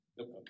Okay